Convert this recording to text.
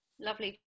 Lovely